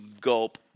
gulp